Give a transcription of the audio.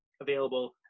available